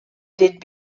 did